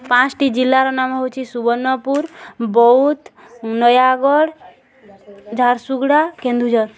ପାଞ୍ଚଟି ଜିଲ୍ଲାର ନାମ ହେଉଛି ସୁବର୍ଣ୍ଣପୁର ବୌଦ୍ଧ ନୟାଗଡ଼ ଝାରସୁଗଡ଼ା କେନ୍ଦୁଝର